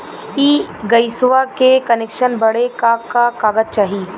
इ गइसवा के कनेक्सन बड़े का का कागज चाही?